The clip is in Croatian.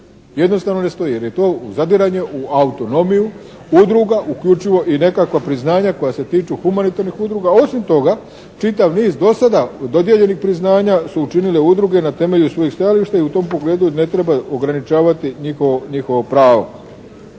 Jednostavno ne stoji, jer je to zadiranje u autonomiju udruga, uključivo i nekakva priznanja koja se tiču humanitarnih udruga, a osim toga čitav niz do sada dodijeljenih priznanja su učinile udruge na temelju svojih stajališta i u tom pogledu ne treba ograničavati njihovo pravo.